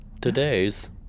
today's